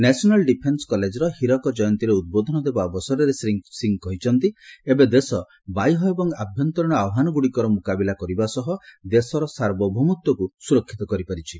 national defence କଲେଜର ହୀରକ ଜୟନ୍ତୀରେ ଉଦ୍ବୋଧନ ଦେବା ଅବସରରେ ଶ୍ରୀ ସିଂହ କହିଛନ୍ତି ଏବେ ଦେଶ ବାହ୍ୟ ଏବଂ ଆଭ୍ୟନ୍ତରୀଣ ଆହ୍ୱାନଗୁଡ଼ିକର ମୁକାବିଲା କରିବା ସହ ଦେଶର ସାର୍ବଭୌମତ୍ୱକୁ ସୁରକ୍ଷିତ କରିପାରିଛି